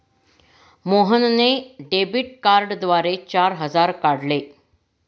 मोहनने डेबिट कार्डद्वारे चार हजार काढले